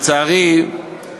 לצערי,